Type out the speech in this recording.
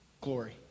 glory